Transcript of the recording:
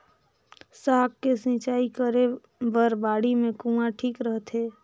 साग के सिंचाई करे बर बाड़ी मे कुआँ ठीक रहथे?